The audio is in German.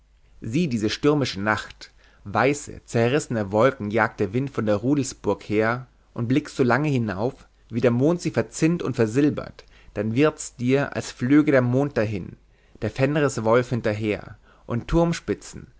sieh diese stürmische nacht weiße zerrissene wolken jagt der wind von der rudelsburg her und blickst du lange hinauf wie der mond sie verzinnt und versilbert dann wird's dir als flöge der mond dahin der fenriswolf hinterher und turmspitzen